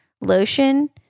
lotion